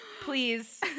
Please